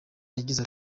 yagize